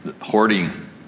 hoarding